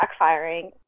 backfiring